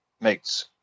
makes